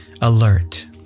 alert